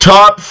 Top